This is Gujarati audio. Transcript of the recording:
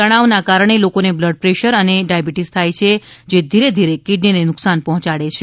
તણાવના કારણે લોકોને બ્લડ પ્રેશર અને ડાયાબિટીસ થાય છે જે ધીરે ધીરે કિડનીને નુકસાન પહોંચાડે છે